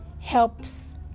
helps